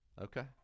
Okay